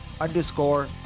underscore